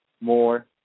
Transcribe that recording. more